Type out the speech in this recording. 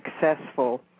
successful